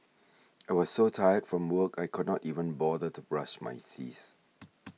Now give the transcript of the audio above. I was so tired from work I could not even bother to brush my teeth